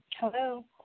Hello